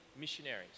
missionaries